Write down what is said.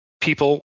people